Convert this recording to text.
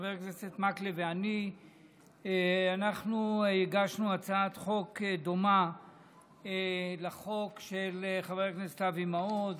חבר הכנסת מקלב ואני הגשנו הצעת חוק דומה לחוק של חבר כנסת אבי מעוז.